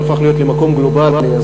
שהפך להיות מקום גלובלי,